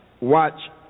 watch